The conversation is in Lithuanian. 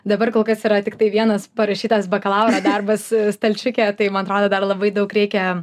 dabar kol kas yra tiktai vienas parašytas bakalauro darbas stalčiuke tai man atrodo dar labai daug reikia